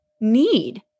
need